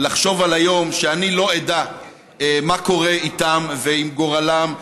לחשוב על היום שאני לא אדע מה קורה איתם ועם גורלם,